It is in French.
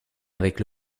avec